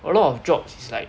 a lot of jobs is like